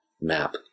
map